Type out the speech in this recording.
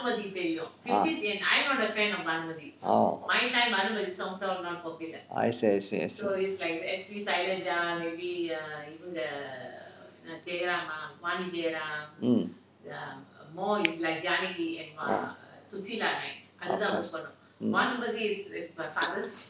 ah orh I see I see I see